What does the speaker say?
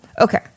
Okay